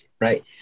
Right